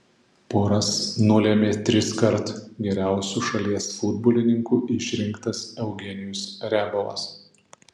poras nulėmė triskart geriausiu šalies futbolininku išrinktas eugenijus riabovas